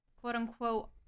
quote-unquote